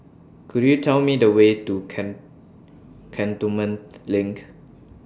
Could YOU Tell Me The Way to Cantonment LINK